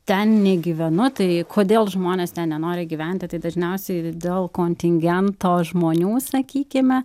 ten negyvenu tai kodėl žmonės nenori gyventi tai dažniausiai dėl kontingento žmonių sakykime